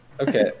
Okay